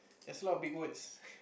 there's a lot of big words